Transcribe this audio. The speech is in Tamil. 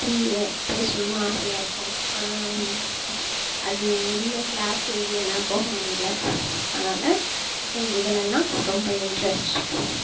பிரியம் பேசணுன்னு ஆசையாக இருக்கும் ஆனால் அது எதுவுமே கிளாஸ் எதுவுமே என்னால் போக முடியல அதனால எனக்கு இதுலெல்லாம் ரொம்ப இன்ட்ரெஸ்ட்